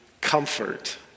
comfort